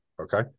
Okay